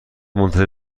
منتظر